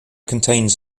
contains